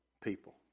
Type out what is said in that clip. people